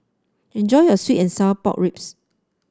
enjoy your sweet and Sour Pork Ribs